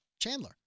Chandler